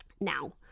now